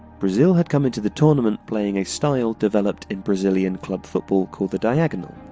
brazil had come into the tournament playing a style developed in brazilian club football called the diagonal,